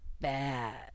Bad